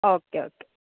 okay okay